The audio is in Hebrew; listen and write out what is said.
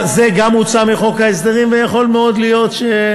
זה גם הוצא מחוץ ההסדרים, ויכול להיות שבמקרה